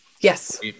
Yes